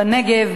בנגב,